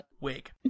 Wig